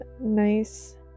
nice